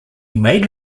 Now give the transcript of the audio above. made